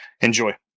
enjoy